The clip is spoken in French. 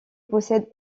possède